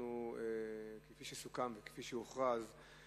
כפי שסוכם והוכרז,